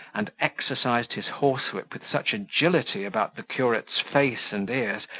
and exercised his horsewhip with such agility about the curate's face and ears,